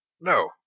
No